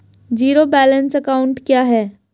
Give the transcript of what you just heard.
Zero balance account क्या है?